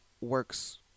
works